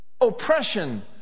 Oppression